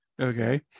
Okay